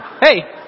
Hey